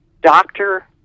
doctor